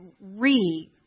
re